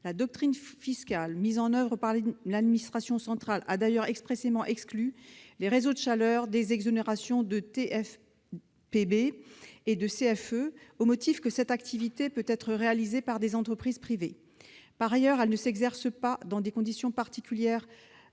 La doctrine fiscale mise en oeuvre par l'administration centrale exclut d'ailleurs expressément les réseaux de chaleur de ces exonérations, au motif que cette activité peut être réalisée par des entreprises privées et ne s'exerce pas dans des conditions particulières